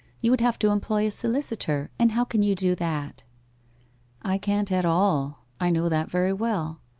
you would have to employ a solicitor, and how can you do that i can't at all i know that very well.